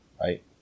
right